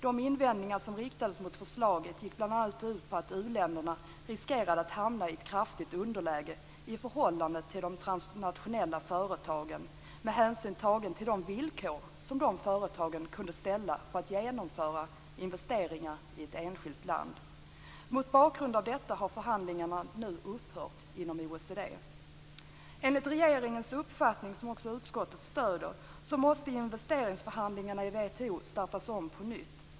De invändningar som riktades mot förslaget gick bl.a. ut på att u-länderna riskerade att hamna i ett kraftigt underläge i förhållande till de transnationella företagen med hänsyn tagen till de villkor som dessa företag kunde ställa för att genomföra investeringar i ett enskilt land. Mot bakgrund av detta har förhandlingarna inom OECD nu upphört. Enligt regeringens uppfattning, som utskottet stöder, måste investeringsförhandlingarna i WTO startas på nytt.